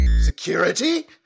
Security